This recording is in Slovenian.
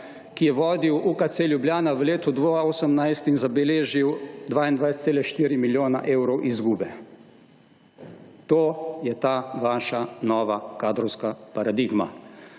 ki je vodil UKC Ljubljana v letu 2018 in zabeležil 22,4 milijona evrov izgube. To je ta vaša nova kadrovska paradigma.